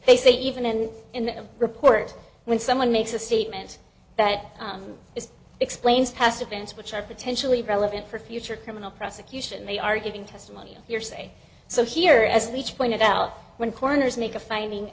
they say even in the report when someone makes a statement that it explains past events which are potentially relevant for future criminal prosecution they are giving testimony hearsay so here as we each pointed out when corners make a finding